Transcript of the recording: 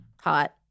Hot